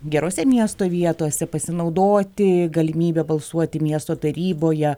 gerose miesto vietose pasinaudoti galimybe balsuoti miesto taryboje